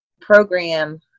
program